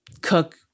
cook